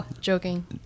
joking